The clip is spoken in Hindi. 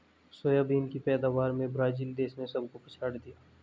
सोयाबीन की पैदावार में ब्राजील देश ने सबको पछाड़ दिया